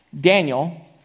Daniel